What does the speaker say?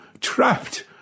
trapped